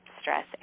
stress